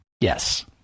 Yes